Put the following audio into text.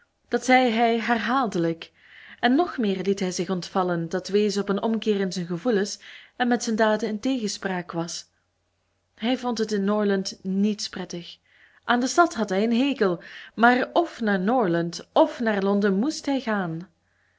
dat zei hij herhaaldelijk en nog meer liet hij zich ontvallen dat wees op een omkeer in zijn gevoelens en met zijn daden in tegenspraak was hij vond het in norland niets prettig aan de stad had hij een hekel maar f naar norland f naar londen moest hij gaan